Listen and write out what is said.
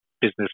business